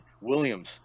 Williams